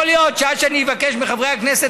יכול להיות שעד שאני אבקש מחברי הכנסת